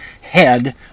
head